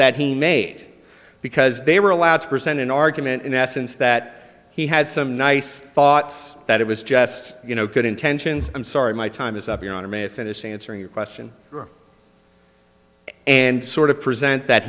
that he made because they were allowed to present an argument in essence that he had some nice thoughts that it was just you know good intentions i'm sorry my time is up your honor may i finish answering your question and sort of present that